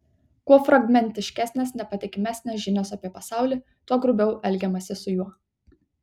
kuo fragmentiškesnės nepatikimesnės žinios apie pasaulį tuo grubiau elgiamasi su juo